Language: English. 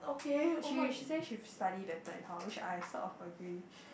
she she say she study better in hall which I sort of agree